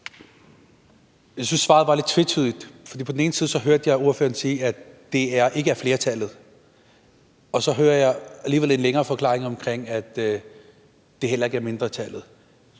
Jeg synes, svaret var lidt tvetydigt. For på den ene side hørte jeg ordføreren sige, at det ikke er flertallet, og på den anden side hører jeg alligevel en længere forklaring omkring, at det heller ikke er mindretallet.